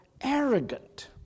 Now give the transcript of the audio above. arrogant